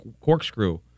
corkscrew